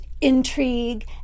intrigue